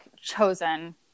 chosen